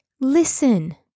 Listen